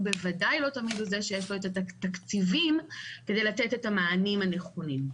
בוודאי לא תמיד הוא זה שיש לו את התקציבים כדי לתת את המענים הנכונים.